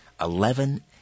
eleven